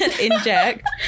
inject